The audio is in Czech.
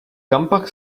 kampak